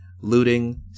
looting